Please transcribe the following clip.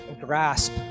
grasp